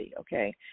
okay